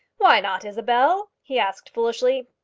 why not, isabel? he asked foolishly.